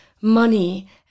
money